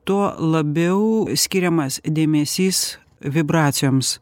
tuo labiau skiriamas dėmesys vibracijoms